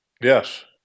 Yes